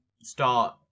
start